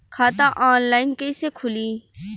खाता ऑनलाइन कइसे खुली?